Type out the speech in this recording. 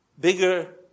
bigger